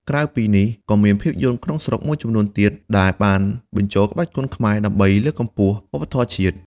ក្រៅពីនេះ ក៏មានភាពយន្តក្នុងស្រុកមួយចំនួនទៀតដែលបានបញ្ចូលក្បាច់គុណខ្មែរដើម្បីលើកកម្ពស់វប្បធម៌ជាតិ។